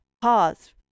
pause